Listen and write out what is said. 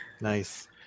nice